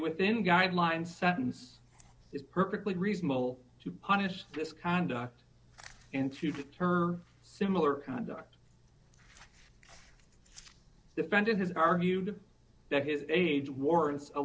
within guideline sentence is perfectly reasonable to punish this conduct and to deter similar conduct defendant has argued that his age warrants a